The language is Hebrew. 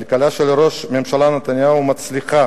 כלכלת ראש ממשלת נתניהו מצליחה